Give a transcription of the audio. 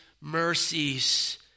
mercies